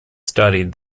studied